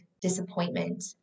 disappointment